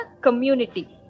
community